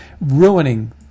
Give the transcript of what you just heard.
ruining